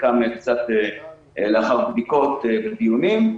חלקם רק לאחר בדיקות ודיונים.